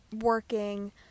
working